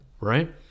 right